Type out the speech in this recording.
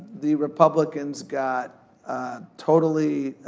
the republicans got a totally